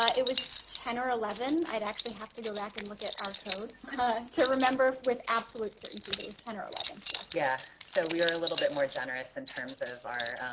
ah it was ten or eleven i'd actually have to go back and look at our code to remember with absolute certainty but it was ten or eleven yes. yeah so we were a little bit more generous in terms of our